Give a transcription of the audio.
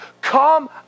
Come